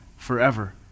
forever